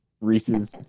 Reese's